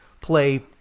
play